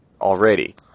already